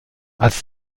als